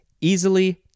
easily